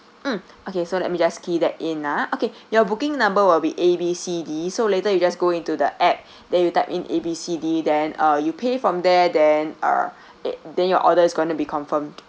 mm okay so let me just key that in ah okay your booking number will be A B C D so later you just go into the app then you type in A B C D then uh you pay from there then uh it then your order going to be confirmed